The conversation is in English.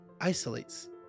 isolates